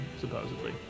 supposedly